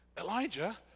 Elijah